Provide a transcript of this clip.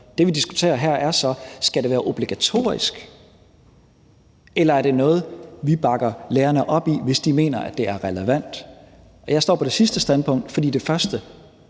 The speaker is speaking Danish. Det, vi diskuterer her, er så, om det skal være obligatorisk eller det er noget, vi bakker lærerne op i, hvis de mener, at det er relevant, og jeg står på det sidste standpunkt. Det første